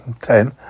ten